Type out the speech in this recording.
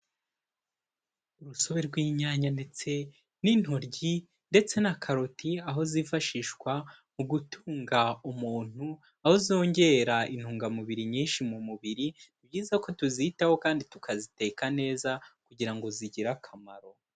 Urusobe rw'inyanya ndetse n'intoryi ndetse na karoti aho zifashishwa mu gutunga umuntu aho zongera intungamubiri nyinshi mu mubiri, ni byiza ko tuzitaho kandi tukaziteka neza kugira ngo zigire akamaro.